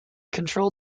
control